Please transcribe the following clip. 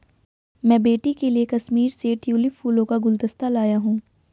मैं बेटी के लिए कश्मीर से ट्यूलिप फूलों का गुलदस्ता लाया हुं